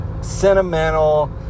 sentimental